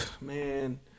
man